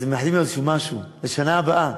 אז מאחלים לו איזשהו משהו לשנה הבאה.